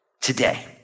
today